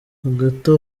hagati